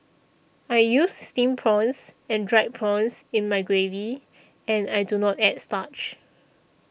I use Steamed Prawns and Dried Prawns in my gravy and I do not add starch